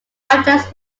objects